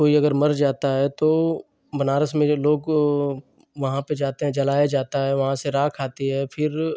कोई अगर मर जाता है तो बनारस में जो लोग वहाँ पर जाते हैं जलाया जाता है वहाँ से राख आती है फिर